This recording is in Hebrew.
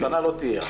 המתנה לא תהיה.